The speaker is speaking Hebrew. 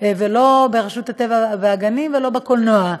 לא ברשות הטבע והגנים ולא בקולנוע.